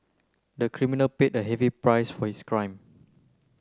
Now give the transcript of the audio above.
the criminal paid a heavy price for his crime